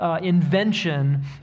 invention